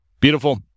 Beautiful